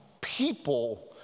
people